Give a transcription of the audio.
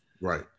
Right